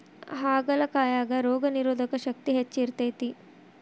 ಹಾಗಲಕಾಯಾಗ ರೋಗನಿರೋಧಕ ಶಕ್ತಿ ಹೆಚ್ಚ ಇರ್ತೈತಿ